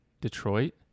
Detroit